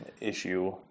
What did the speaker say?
issue